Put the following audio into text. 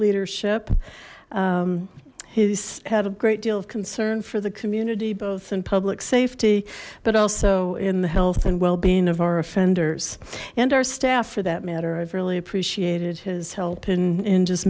leadership he's had a great deal of concern for the community both in public safety but also in the health and well being of our offenders and our staff for that matter i've really appreciated his help in in just